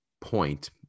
point